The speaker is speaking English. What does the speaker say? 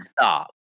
Stop